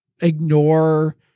ignore